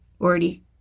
already